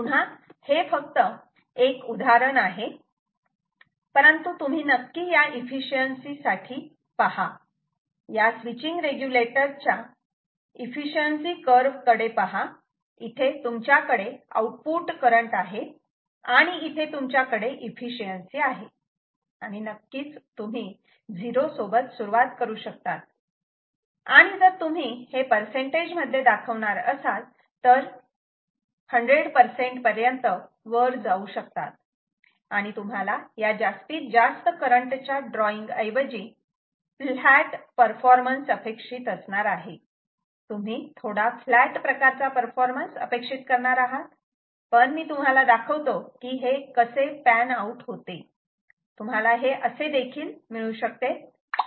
पुढा हे फक्त एक उदाहरण आहे परंतु तुम्ही नक्की या एफिशिएन्सी साठी पहा या स्विचींग रेग्युलेटर च्या एफिशिएन्सी कर्व कडे पहा इथे तुमच्याकडे आउटपुट करंट आहे आणि इथे तुमच्याकडे एफिशिएन्सी आहे आणि नक्कीच तुम्ही 0 सोबत सुरुवात करू शकतात आणि जर तुम्ही हे परसेंटेज मध्ये दाखवणार असाल तर 100 पर्यंत वर जाऊ शकतात आणि तुम्हाला या जास्तीत जास्त करंटच्या ड्रॉइंग ऐवजी फ्लॅट परफॉर्मन्स अपेक्षित असणार आहे तुम्ही थोडा फ्लॅट प्रकारचा परफॉर्मन्स अपेक्षित करणार आहात पण मी तुम्हाला दाखवतो की हे कसे पॅनआऊट होते तुम्हाला हे असे देखील मिळू शकते